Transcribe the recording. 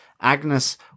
Agnes